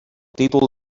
títol